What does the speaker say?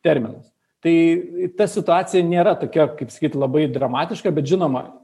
terminas tai ta situacija nėra tokia kaip sakyt labai dramatiška bet žinoma